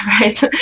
Right